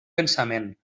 pensament